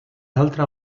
altra